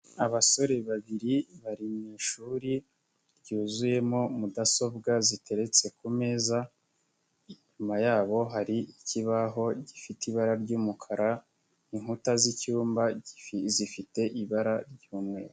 Abasore babiri bari mu ishuri ryuzuyemo mudasobwa ziteretse ku meza inyuma yabo hari ikibaho gifite ibara ry'umweru inkuta z'icyumba zifite ibara ry'umweru.